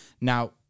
Now